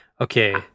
Okay